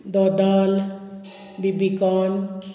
दोदल बीबिकॉन